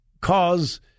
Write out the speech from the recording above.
cause